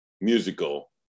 musical